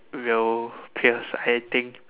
will pierce I think